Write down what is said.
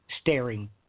staring